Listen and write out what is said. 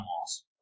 loss